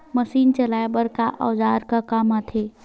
Machine चलाए बर औजार का काम आथे?